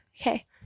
Okay